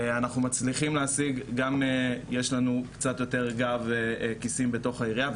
וגם יש לנו קצת יותר גב וכיסים תוך העירייה,